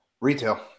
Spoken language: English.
Retail